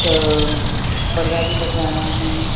त पर्दा बि लॻाइणा आहिनि